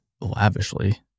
lavishly